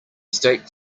state